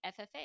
FFA